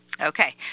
Okay